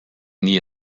nie